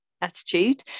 attitude